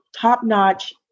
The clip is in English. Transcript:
top-notch